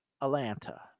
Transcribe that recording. Atlanta